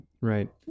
Right